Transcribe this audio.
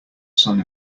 sun